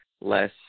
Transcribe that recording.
less